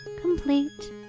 complete